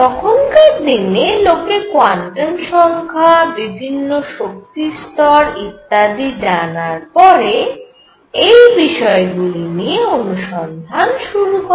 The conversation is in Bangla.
তখনকার দিনে লোকে কোয়ান্টাম সংখ্যা বিভিন্ন শক্তি স্তর ইত্যাদি জানার পর এই বিষয়গুলি নিয়ে অনুসন্ধান শুরু করে